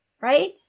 right